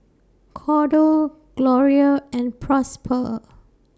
Cordell Gloria and Prosper